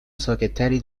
ساکتتری